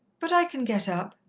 but i can get up.